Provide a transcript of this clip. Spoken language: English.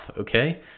okay